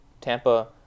Tampa